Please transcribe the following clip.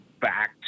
back